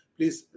Please